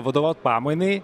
vadovaut pamainai